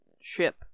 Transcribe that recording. ship